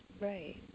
Right